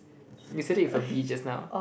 you said it with a B just now